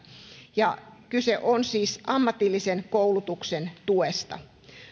kyse on siis ammatillisen koulutuksen tuesta